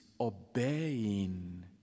obeying